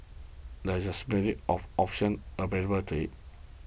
that is simply of option available to it